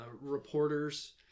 reporters